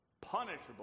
punishable